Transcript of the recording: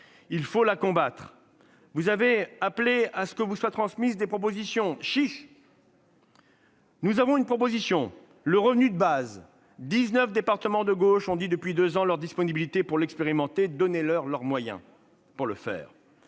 il faut la combattre. Vous avez appelé à ce que vous soient transmises des propositions. Chiche ! Nous avons une proposition : le revenu de base. Dix-neuf départements de gauche ont dit depuis deux ans leur disponibilité pour l'expérimenter : donnez-leur les moyens de le faire